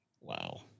Wow